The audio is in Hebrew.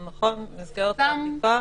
סמכויות.